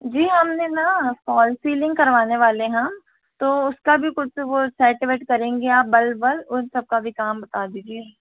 जी हम ने ना फॉर सीलिंग करवाने वाले हैं हम तो उसका भी कुछ वो सेट वेट करेंगे आप बल्ब वल्ब उन सब का भी काम बता दीजिए